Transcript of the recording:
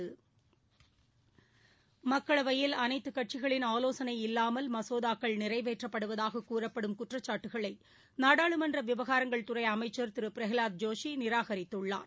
மசோதாக்கள் மக்களவையில் அனைத்துகட்சிகளின் ஆலோசனை இல்லாமல் நிறைவேற்றப்படுவதாககூறப்படும் குற்றச்சாட்டுக்களைநாடாளுமன்றவிவகாரங்கள் துறைஅமைச்சா் திருபிரகவாத் ஜோஷிநிராகரித்துள்ளார்